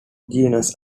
genus